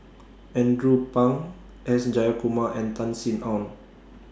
Andrew Phang S Jayakumar and Tan Sin Aun